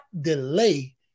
delay